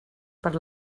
per